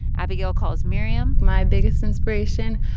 abigail calls miriam. my biggest inspiration.